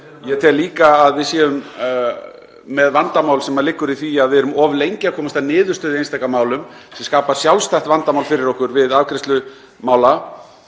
Ég tel líka að við séum með vandamál sem liggur í því að við erum of lengi að komast að niðurstöðu í einstaka málum sem skapar sjálfstætt vandamál fyrir okkur við afgreiðslu mála.